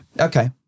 okay